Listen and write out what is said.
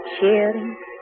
cheering